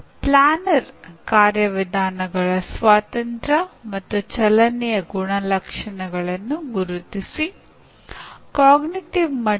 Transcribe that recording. ಇವೆಲ್ಲವೂ ಸೂಚನಾ ಘಟನೆಗಳು ಮತ್ತು ಸೂಚನಾ ವಿನ್ಯಾಸಕಾರರು ಅಥವಾ ಶಿಕ್ಷಕರು ಈ ಘಟನೆಗಳನ್ನು ಸರಿಯಾದ ಅನುಕ್ರಮದಲ್ಲಿ ಆಯೋಜಿಸುತ್ತಾರೆ